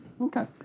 Okay